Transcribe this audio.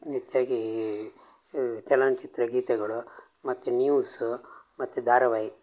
ನಿತ್ಯಗೀ ಚಲನಚಿತ್ರ ಗೀತೆಗಳು ಮತ್ತು ನ್ಯೂಸ್ ಮತ್ತು ಧಾರಾವಾಹಿ